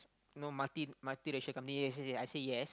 no multi multi racial companies yes yes yes I say yes